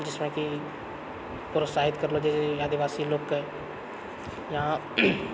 जिसमे कि प्रोत्साहित करलो जाइत छै आदिवासी लोक कऽ इहाँ